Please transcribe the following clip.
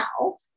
now